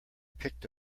picked